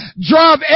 drive